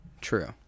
true